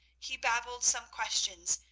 he babbled some questions,